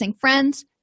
friends